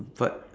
but